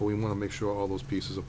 we want to make sure all those pieces of